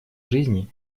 жизни